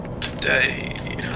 today